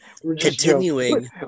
Continuing